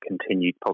continued